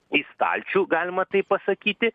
į stalčių galima taip pasakyti